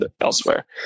elsewhere